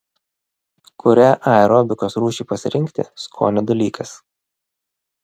kurią aerobikos rūšį pasirinkti skonio dalykas